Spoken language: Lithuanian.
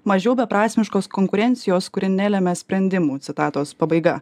mažiau beprasmiškos konkurencijos kuri nelemia sprendimų citatos pabaiga